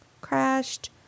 crashed